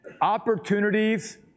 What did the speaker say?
opportunities